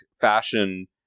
fashion